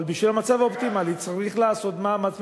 אבל בשביל המצב האופטימלי צריך לעשות מאמץ משותף,